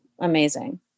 amazing